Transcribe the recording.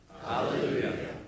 Hallelujah